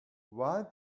why